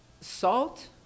salt